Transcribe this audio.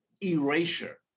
erasure